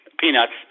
peanuts